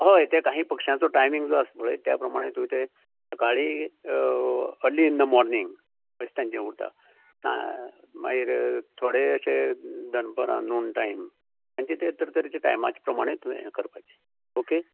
होय तें काहीं पक्ष्यांचो टायमिंग जो आसता पळय त्या प्रमाणें तूं तें सकाळीं अर्लि इन द माॅर्निंग अशें तेंगे तें उरता मागीर थोडें अशें दनपरां नून टायम म्हणजे तें तरतरेचे टायमाचें प्रमाणें हें कर ओके